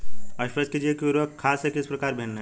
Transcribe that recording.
स्पष्ट कीजिए कि उर्वरक खाद से किस प्रकार भिन्न है?